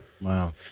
Wow